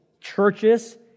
churches